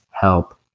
help